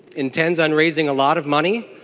intends on raising a lot of money